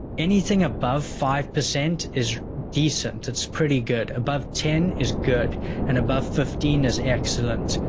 anything above five percent is decent, it's pretty good. above ten is good and above fifteen is excellent.